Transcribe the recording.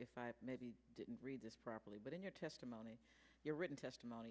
me if maybe you didn't read this properly but in your testimony your written testimony